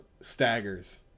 staggers